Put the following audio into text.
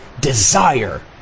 desire